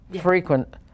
frequent